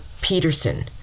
Peterson